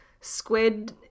Squid